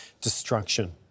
destruction